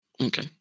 Okay